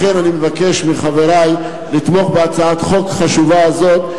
לכן אני מבקש מחברי לתמוך בהצעת חוק החשובה הזאת,